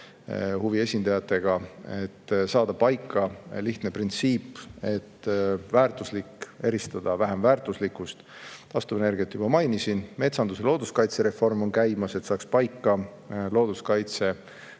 esindajatega, et saada paika lihtne printsiip: väärtuslik tuleb eristada vähem väärtuslikust. Taastuvenergiat juba mainisin, metsandus- ja looduskaitsereform on käimas, et saaks paika looduskaitse